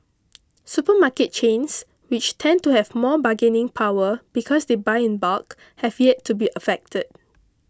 supermarket chains which tend to have more bargaining power because they buy in bulk have yet to be affected